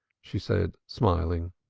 she said, smiling.